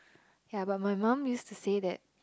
ya but my mum used to say that